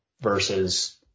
versus